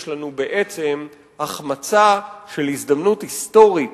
יש לנו בעצם החמצה של הזדמנות היסטורית